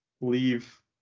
leave